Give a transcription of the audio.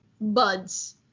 buds